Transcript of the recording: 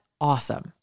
awesome